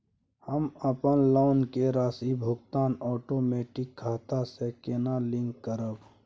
हम अपन लोन के राशि भुगतान ओटोमेटिक खाता से केना लिंक करब?